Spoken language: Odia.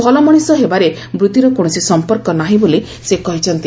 ଭଲ ମଣିଷ ହେବାରେ ବୃତ୍ତିର କୌଣସି ସମ୍ପର୍କ ନାହିଁ ବୋଲି ସେ କହିଚ୍ଛନ୍ତି